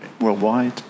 worldwide